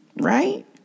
Right